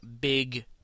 big